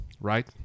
right